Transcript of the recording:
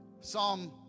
Psalm